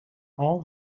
all